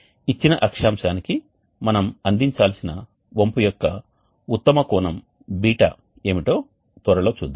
ఇచ్చిన అక్షాంశానికి మనం అందించాల్సిన వంపు యొక్క ఉత్తమ కోణం ß ఏమిటో త్వరలో చూద్దాం